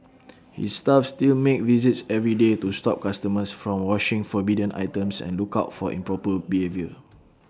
his staff still make visits every day to stop customers from washing forbidden items and look out for improper behaviour